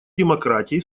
демократии